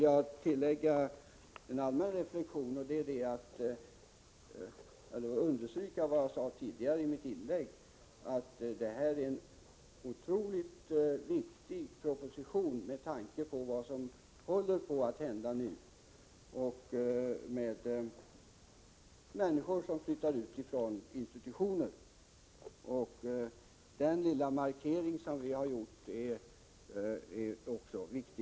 Jag vill understryka vad jag sade i mitt tidigare inlägg, nämligen att detta är en otroligt viktig proposition med tanke på vad som håller på att hända nu, när många människor flyttar ut från institutioner. Den lilla markering som vi har gjort är naturligtvis också viktig.